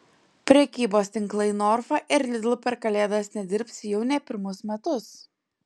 prekybos tinklai norfa ir lidl per kalėdas nedirbs jau ne pirmus metus